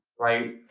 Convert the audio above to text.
right?